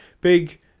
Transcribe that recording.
big